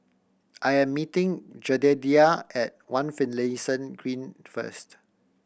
I am meeting Jedediah at One Finlayson Green first